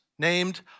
Named